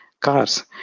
cars